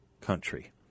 country